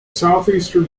southeastern